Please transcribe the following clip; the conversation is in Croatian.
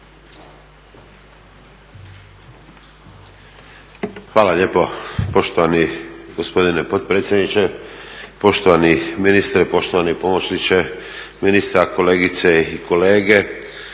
Hvala lijepo poštovani gospodine potpredsjedniče. Poštovani ministre, poštovani pomoćniče ministra, kolegice i kolege.